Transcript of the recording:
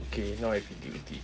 okay now I